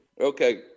Okay